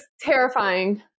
terrifying